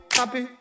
happy